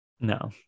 No